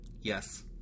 Yes